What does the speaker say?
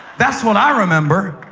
that's what i remember.